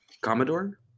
Commodore